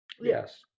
Yes